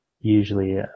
usually